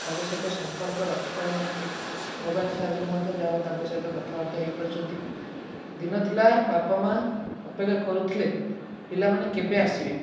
ତାଙ୍କ ସହିତ ସମ୍ପର୍କ ରଖି ପାରୁନାହାନ୍ତି ମୋବାଇଲ୍ ସାହାଯ୍ୟରେ ମଧ୍ୟ ଯାହା ହେଉ ତାଙ୍କ ସହିତ କଥାବାର୍ତ୍ତା ହୋଇପାରୁଛନ୍ତି ଦିନ ଥିଲା ବାପା ମାଆ ଅପେକ୍ଷା କରୁଥିଲେ ପିଲାମାନେ କେବେ ଆସିବେ